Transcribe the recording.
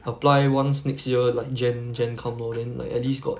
apply once next year like jan jan come loh then like at least got